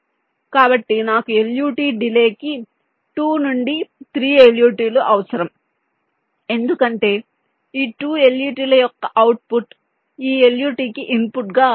కాబట్టి నాకు LUT delay కి 2 నుండి 3 LUT లు అవసరం ఎందుకంటే ఈ 2 LUT ల యొక్క అవుట్పుట్ ఈ LUT కి ఇన్పుట్ గా వెళుతుంది